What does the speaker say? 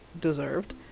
deserved